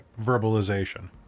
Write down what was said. verbalization